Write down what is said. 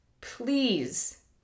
please